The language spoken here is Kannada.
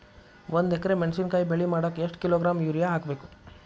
ಒಂದ್ ಎಕರೆ ಮೆಣಸಿನಕಾಯಿ ಬೆಳಿ ಮಾಡಾಕ ಎಷ್ಟ ಕಿಲೋಗ್ರಾಂ ಯೂರಿಯಾ ಹಾಕ್ಬೇಕು?